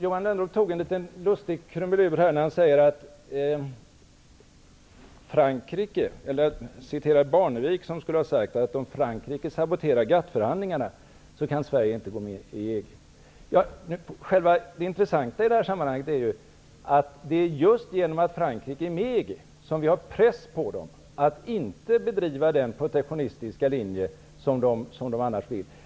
Johan Lönnroth gjorde en liten lustig krumelur, när han citerade Percy Barnevik, som skulle ha sagt att Sverige inte kan gå med i EG om Frankrike saboterar GATT-förhandlingarna. Det intressanta i detta sammanhang är ju att vi just genom att Frankrike är med i EG har press på fransmännen att inte bedriva den protektionistiska linje som de annars vill bedriva.